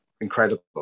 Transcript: incredible